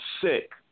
sick